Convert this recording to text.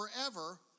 forever